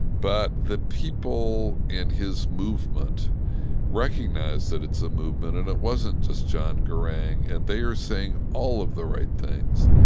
but the people in his movement recognize that it's a movement and it wasn't just john garang, and they are saying all of the right things,